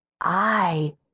I